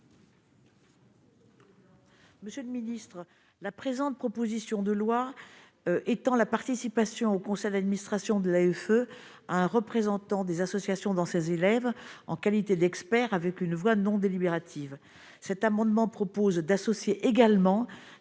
Monsieur le ministre, la présente proposition de loi étant la participation au conseil d'administration de la AFE un représentant des associations dans ces élèves en qualité d'expert avec une voix non délibérative cet amendement propose d'associer également